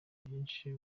byinshi